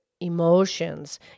emotions